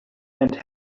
and